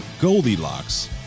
Goldilocks